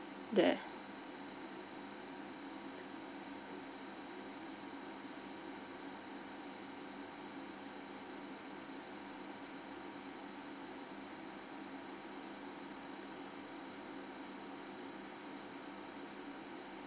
that